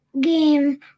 game